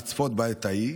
לצפות בעת ההיא,